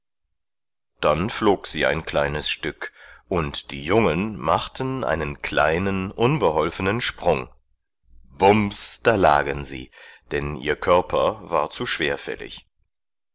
dann flog sie ein kleines stück und die jungen machten einen kleinen unbeholfenen sprung bums da lagen sie denn ihr körper war zu schwerfällig